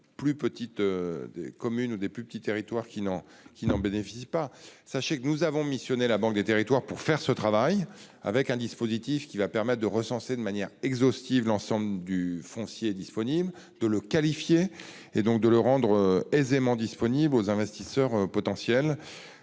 plus petites communes ou territoires qui n'en bénéficient pas. Sachez que nous avons missionné la Banque des territoires pour réaliser ce travail, avec un dispositif qui permettra de recenser de manière exhaustive l'ensemble du foncier disponible, de le qualifier et donc de le rendre aisément disponible aux investisseurs potentiels.